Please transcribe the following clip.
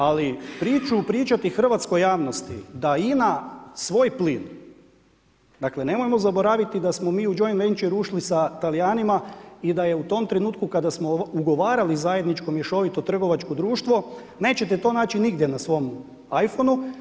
Ali priču pričati hrvatskoj javnosti da INA svoj plin, dakle nemojmo zaboraviti da smo mi u joinventure ušli sa Talijanima i da je u tom trenutku kada smo ugovarali zajedno mješovito trgovačko društvo nećete to naći nigdje na svom iPhoneu.